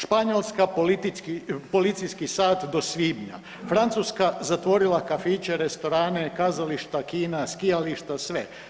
Španjolska policijski sat do svibnja, Francuska zatvorila kafiće, restorane, kazališta, kina, skijališta, sve.